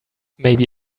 maybe